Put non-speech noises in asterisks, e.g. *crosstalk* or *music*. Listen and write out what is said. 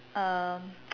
um *noise*